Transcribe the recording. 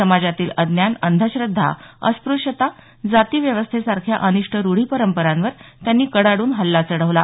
समाजातील अज्ञान अंधश्रद्धा अस्प्रश्यता जाती व्यवस्थेसारख्या अनिष्ठ रुढी परंपरांवर त्यांनी कडाडून हल्ला चढवला